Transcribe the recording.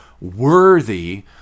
worthy